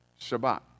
Shabbat